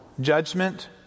Judgment